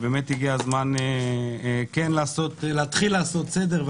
הגיע הזמן להתחיל לעשות בזה סדר.